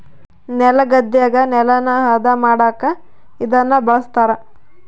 ನೆಲಗದ್ದೆಗ ನೆಲನ ಹದ ಮಾಡಕ ಇದನ್ನ ಬಳಸ್ತಾರ